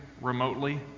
remotely